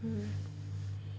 mm